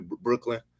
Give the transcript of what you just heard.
Brooklyn